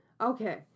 okay